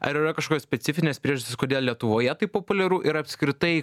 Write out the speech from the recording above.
ar yra kažkokios specifinės priežastys kodėl lietuvoje taip populiaru ir apskritai